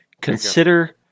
consider